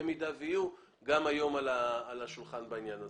במידה ויהיו גם היום על השולחן בעניין הזה.